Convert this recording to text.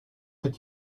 did